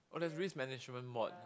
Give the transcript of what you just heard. oh there's risk management mod